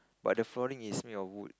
but the flooring is made of wood